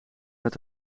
met